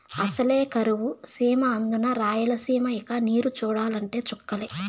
అసలే కరువు సీమ అందునా రాయలసీమ ఇక నీరు చూడాలంటే చుక్కలే